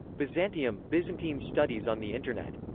byzantium byzantine studies on the internet.